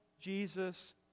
Jesus